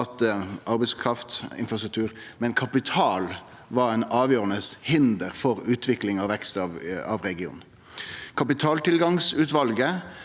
arbeidskraft og infrastruktur, men òg at mangel på kapital var eit avgjerande hinder for utvikling og vekst i regionen. Kapitaltilgangsutvalet